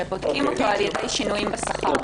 שבודקים אותו על ידי שינויים בשכר.